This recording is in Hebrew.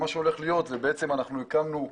אנחנו הקמנו,